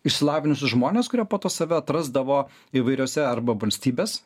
išsilavinusius žmones kurie po to save atrasdavo įvairiose arba valstybės